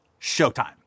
Showtime